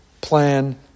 plan